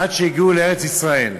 עד שהגיעו לארץ-ישראל.